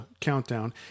Countdown